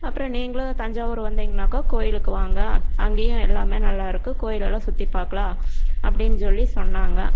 அப்புறம் நீங்களும் தஞ்சாவூர் வந்தீங்கன்னாக்கா கோயிலுக்கு வாங்க அங்கேயும் எல்லாமே நல்லாயிருக்கும் கோயில் எல்லாம் சுற்றிப் பார்க்கலாம் அப்படின்னு சொல்லி சொன்னாங்க